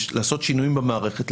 לעשות שינויים במערכת,